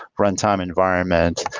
runtime environment.